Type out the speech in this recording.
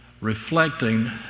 reflecting